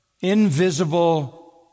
invisible